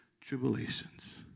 tribulations